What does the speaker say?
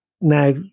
Now